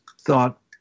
thought